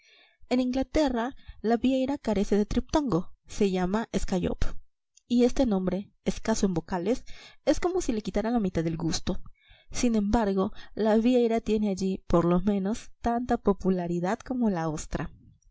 en inglaterra la vieira carece de triptongo se llama scallop y este nombre escaso en vocales es como si le quitara la mitad del gusto sin embargo la vieira tiene allí por lo menos tanta popularidad como la ostra